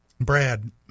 Brad